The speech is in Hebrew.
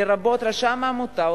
לרבות רשם העמותות,